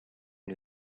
you